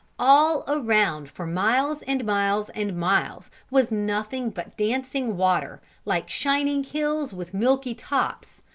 all around, for miles and miles and miles, was nothing but dancing water, like shining hills with milky tops,